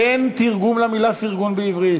אין תרגום למילה פרגון בעברית.